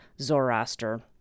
Zoroaster